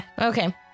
okay